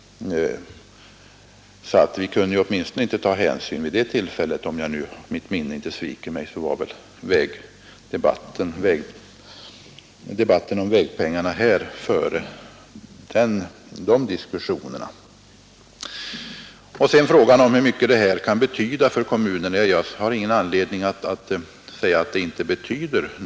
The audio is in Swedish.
Vi kunde åtminstone inte ta någon sådan hänsyn vid det tillfället. Om inte mitt minne sviker mig skedde väl debatten om vägpengarna före dessa diskussioner om Sedan berörde vi frågan om hur mycket detta kan betyda för kommunerna. Jag har ingen anledning, att säga att det ingenting betyder.